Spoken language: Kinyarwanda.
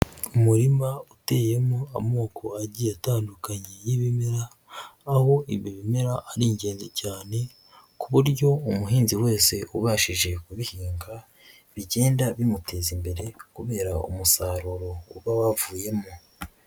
Umurima uteyemo amoko agiye atandukanye y'ibimera, aho ibi bimera ari ingenzi cyane ku buryo umuhinzi wese ubashije kubihinga bigenda bimuteza imbere, kubera umusaruro uba wavuyemo.